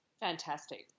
fantastic